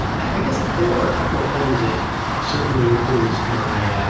i guess there were a couple of things that certainly influenced my,